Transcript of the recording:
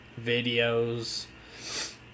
videos